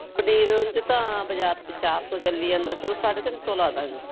ਪਨੀਰ ਉਂਝ ਤਾਂ ਬਾਜ਼ਾਰ 'ਚ ਚਾਰ ਸੌ ਚੱਲੀ ਜਾਂਦਾ ਤੁਹਾਨੂੰ ਸਾਢੇ ਤਿੰਨ ਸੌ ਲਾ ਦਾਂਗੇ